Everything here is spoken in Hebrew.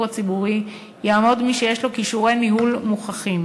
הציבורי יעמוד מי שיש לו כישורי ניהול מוכחים,